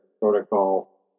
protocol